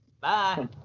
Bye